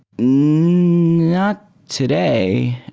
not today.